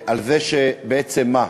על זה שבעצם מה?